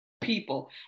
people